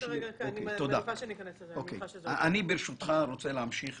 אני, ברשותך, רוצה להמשיך